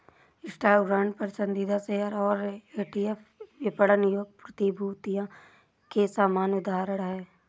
stock, bond, पसंदीदा share और ETF विपणन योग्य प्रतिभूतियों के सामान्य उदाहरण हैं